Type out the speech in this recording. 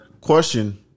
Question